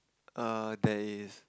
err there is